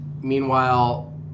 meanwhile